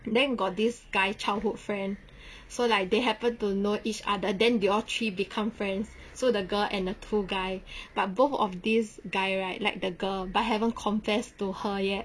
then got this guy childhood friend so like they happen to know each other then they all three become friends so the girl and the two guy but both of this guy right like the girl but haven't confess to her yet